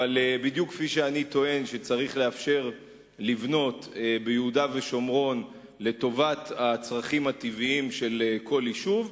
לאפשר לבנות ביהודה ושומרון לטובת הצרכים הטבעיים של כל יישוב,